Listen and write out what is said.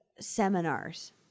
seminars